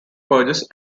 purges